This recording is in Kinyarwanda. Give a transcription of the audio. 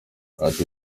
ati